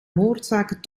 moordzaken